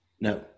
No